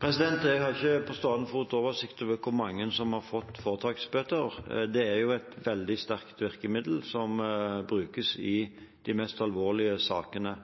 Jeg har ikke på stående fot oversikt over hvor mange som har fått foretaksbøter. Det er et veldig sterkt virkemiddel som brukes i de mest alvorlige sakene,